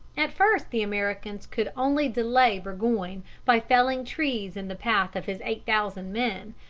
at first the americans could only delay burgoyne by felling trees in the path of his eight thousand men,